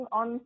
on